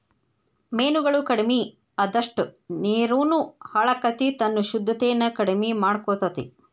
ಮೇನುಗಳು ಕಡಮಿ ಅಅದಷ್ಟ ನೇರುನು ಹಾಳಕ್ಕತಿ ತನ್ನ ಶುದ್ದತೆನ ಕಡಮಿ ಮಾಡಕೊತತಿ